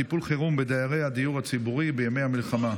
טיפול חירום בדיירי הדיור הציבורי בימי המלחמה.